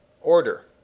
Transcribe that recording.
Order